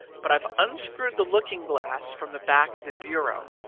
but i unscrewed the looking-glass from the back of the bureau,